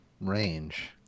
range